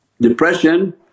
Depression